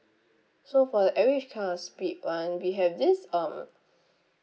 so for the average kind of speed [one] we have this um